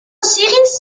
sigues